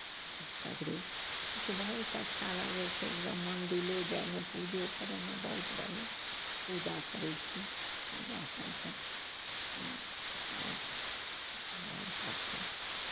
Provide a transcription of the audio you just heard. सगरे बहुत अच्छा लागै छै एकदम मन्दिरो जायमे पूजो करयमे बहुत बढ़िआँ पूजा करै छी पूजा करि कऽ करै छी बहुत अच्छा